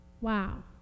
Wow